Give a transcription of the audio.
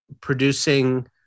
producing